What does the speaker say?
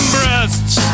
Breasts